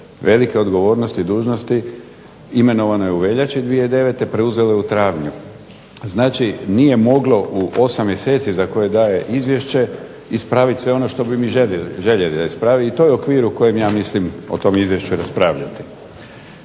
velike odgovornosti i dužnosti, imenovano je u veljači 2009., preuzelo je u travnju. Znači, nije moglo u 8 mjeseci za koje daje izvješće ispraviti sve ono što bi mi željeli da ispravi i to je okvir u kojem ja mislim o tom izvješću raspravljati.